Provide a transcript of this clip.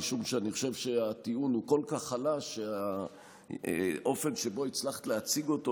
משום שאני חושב שהטיעון הוא כל כך חלש שהאופן שבו הצלחת להציג אותו,